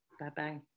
Bye-bye